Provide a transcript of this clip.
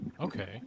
Okay